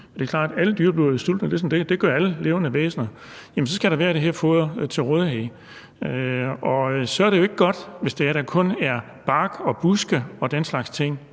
Det er jo klart, at alle dyr bliver sultne – det gør alle levende væsener – og så skal der være det her foder til rådighed, og det er jo så ikke godt, hvis der kun er bark og buske og den slags ting